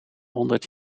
honderd